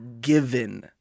given